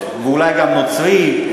ואולי גם הנוצרי,